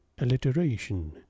alliteration